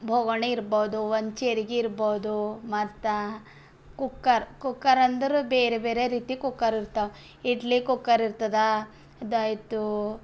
ಬೊಗಣಿ ಇರ್ಬೋದು ಒಂದು ಚೆರ್ಗಿ ಇರ್ಬೋದು ಮತ್ತು ಕುಕ್ಕರ್ ಕುಕ್ಕರ್ ಅಂದ್ರೆ ಬೇರೆ ಬೇರೆ ರೀತಿ ಕುಕ್ಕರ್ ಇರ್ತಾವ ಇಡ್ಲಿ ಕುಕ್ಕರ್ ಇರ್ತದ ಅದಾಯಿತು